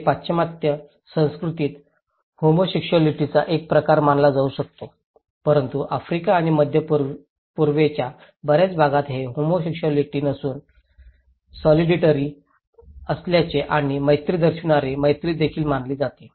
हे पाश्चात्य संस्कृतीत होमोसेक्सऊलीटीचा एक प्रकार मानला जाऊ शकतो परंतु आफ्रिका आणि मध्य पूर्वेच्या बर्याच भागात हे होमोसेक्सऊलीटी नसून सॉलिडॅरिटी असल्याचे आणि मैत्री दर्शविणारी मैत्री देखील मानली जाते